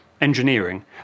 engineering